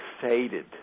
faded